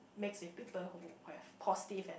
mix with people who who has positive and